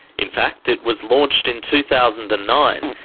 in fact it was launched in two thousand and nine,